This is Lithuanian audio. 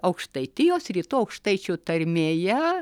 aukštaitijos rytų aukštaičių tarmėje